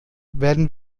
werden